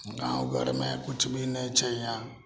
गाँव घरमे किछु भी नहि छै हिआँ